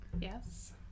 Yes